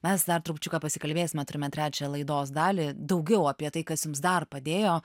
mes dar trupučiuką pasikalbėsime turime trečią laidos dalį daugiau apie tai kas jums dar padėjo